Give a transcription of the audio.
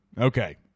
okay